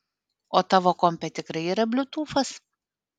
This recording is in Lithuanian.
o tavo kompe tikrai yra bliutūfas